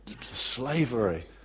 slavery